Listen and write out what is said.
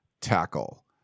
tackle